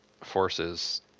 forces